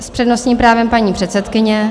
S přednostním právem paní předsedkyně.